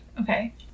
Okay